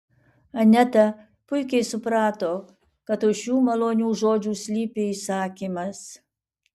aneta puikiai suprato kad už šių malonių žodžių slypi įsakymas